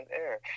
air